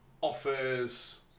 offers